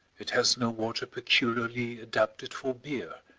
it has no water peculiarly adapted for beer,